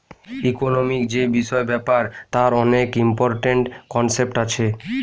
economic যে বিষয় ব্যাপার তার অনেক ইম্পরট্যান্ট কনসেপ্ট আছে